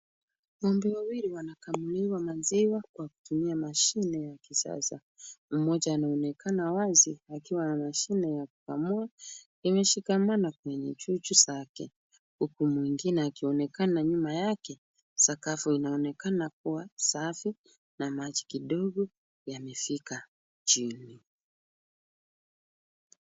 Ng'ombe wawili wana kamuliwa maziwa kwa kutumia mashine ya kisasa. Mmoja anaonekana wazi, akiwa na mashine ya kukamua imeshikamana kwenye chuchu zake. Huku mwingine akionekana nyuma yake, sakafu inaonekana kuwa safi na maji kidogo yamefika chini.